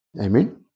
Amen